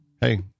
Hey